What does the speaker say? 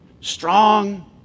Strong